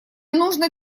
нужно